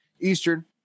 Eastern